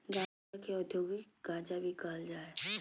गांजा के औद्योगिक गांजा भी कहल जा हइ